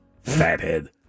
fathead